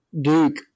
Duke